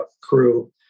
crew